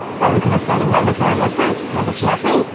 only because i saw the number today i'm like, great, accomplish nothing.